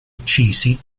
uccisi